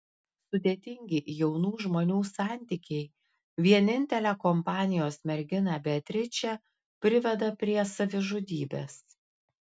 sudėtingi jaunų žmonių santykiai vienintelę kompanijos merginą beatričę priveda prie savižudybės